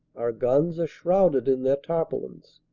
our guns are shrouded in their tarpaulins,